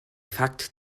fakt